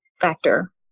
factor